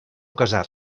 casar